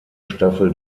staffel